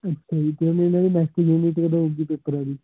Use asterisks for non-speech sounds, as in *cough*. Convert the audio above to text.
ਅੱਛਾ ਜੀ ਜਦੋਂ ਇਹਨਾਂ ਦੇ ਨੈਕਸਟ *unintelligible* ਕਦ ਆਊਗੀ ਪੇਪਰਾਂ ਦੀ